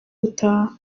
gutaha